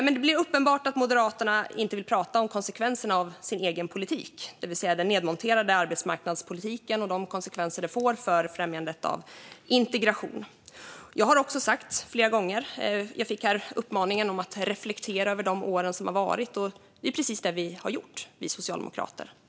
Men det blir uppenbart att Moderaterna inte vill prata om konsekvenserna av sin egen politik, det vill säga den nedmonterade arbetsmarknadspolitiken och de konsekvenser det får för främjandet av integrationen. Jag fick här en uppmaning om att reflektera över de år som har varit, och som jag har sagt flera gånger är det precis vad vi har gjort.